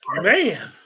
Man